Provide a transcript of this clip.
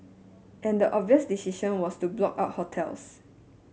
and the obvious decision was to blow out hotels